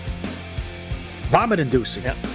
Vomit-inducing